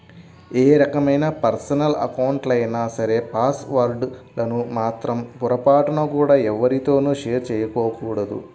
ఏ రకమైన పర్సనల్ అకౌంట్లైనా సరే పాస్ వర్డ్ లను మాత్రం పొరపాటున కూడా ఎవ్వరితోనూ షేర్ చేసుకోకూడదు